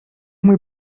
muy